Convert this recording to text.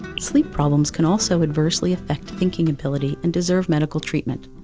sleep problems can also adversely affect thinking ability and deserve medical treatment.